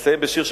אני אסיים בשיר.